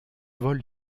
vole